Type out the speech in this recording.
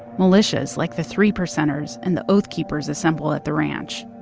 militia's, like the three percenters and the oath keepers, assemble at the ranch.